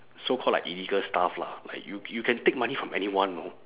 so called like illegal stuff lah like you you can take money from anyone know